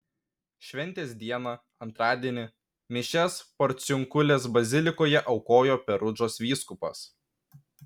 šventės dieną antradienį mišias porciunkulės bazilikoje aukojo perudžos vyskupas